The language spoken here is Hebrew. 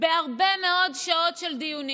בהרבה מאוד שעות של דיונים.